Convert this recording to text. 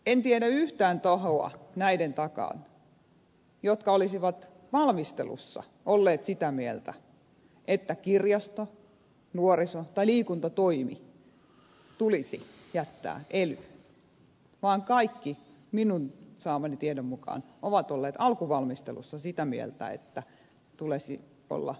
en tiedä yhtään tahoa näiden takaa joka olisi valmistelussa ollut sitä mieltä että kirjasto nuoriso tai liikuntatoimi tulisi jättää elyyn vaan kaikki minun saamani tiedon mukaan ovat olleet alkuvalmistelussa sitä mieltä että niiden tulisi olla avissa